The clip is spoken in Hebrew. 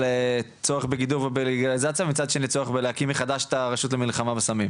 צורך בגידור ובלגליזציה ומצד שני להקים מחדש את הרשות למלחמה בסמים,